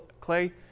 clay